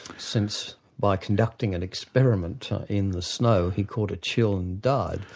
since by conducting an experiment in the snow, he caught a chill and died.